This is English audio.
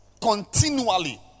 continually